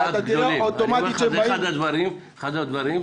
אני אומר לך: זה אחד הדברים שאולי,